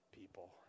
people